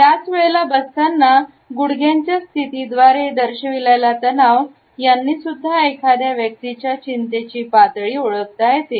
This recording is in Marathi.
त्याच वेळेला बसताना गुडघ्यांच्या स्थित द्वारे दर्शविलेल्या तणाव यांनी सुद्धा एखाद्या व्यक्तीच्या चिंतेची पातळी ओळखता येते